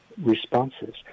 responses